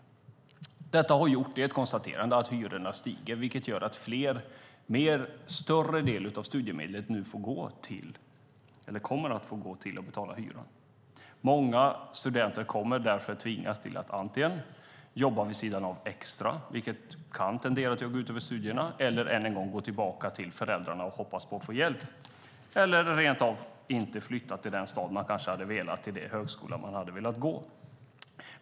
Det är ett konstaterande att hyrorna stiger, vilket gör att en större del av studiemedlet kommer att gå till att betala hyran. Många studenter kommer därför att tvingas antingen jobba extra vid sidan av, vilket tenderar att gå ut över studierna, eller än en gång gå till föräldrarna och hoppas på att få hjälp. Man kanske rentav inte kan flytta till den stad och den högskola som man hade velat gå i.